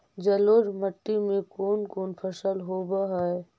जलोढ़ मट्टी में कोन कोन फसल होब है?